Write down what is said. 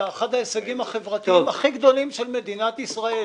זה אחד ההישגים החברתיים הכי גדולים של מדינת ישראל.